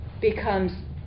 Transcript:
becomes